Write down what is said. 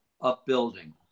upbuilding